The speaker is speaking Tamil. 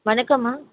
வணக்கம்மா